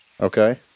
Okay